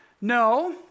no